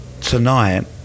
tonight